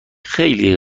خیلی